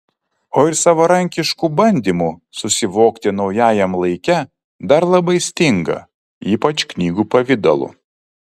o ir savarankiškų bandymų susivokti naujajam laike dar labai stinga ypač knygų pavidalu